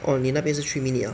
orh 你那边是 three minute ah